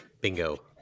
Bingo